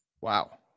Wow